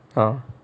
ah